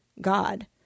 God